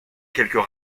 quelques